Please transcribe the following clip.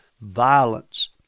violence